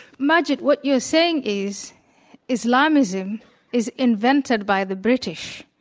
maajid, what you are saying is islamism is invented by the british,